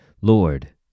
Lord